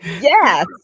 Yes